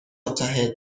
متحد